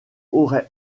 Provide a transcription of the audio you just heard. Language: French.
aurait